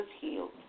healed